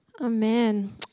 amen